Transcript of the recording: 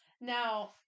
now